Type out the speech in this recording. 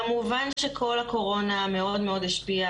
כמובן שכל הקורונה מאוד מאוד השפיעה